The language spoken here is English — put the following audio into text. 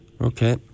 Okay